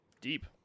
Deep